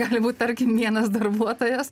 galbūt tarkim vienas darbuotojas